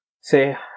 say